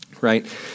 right